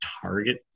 target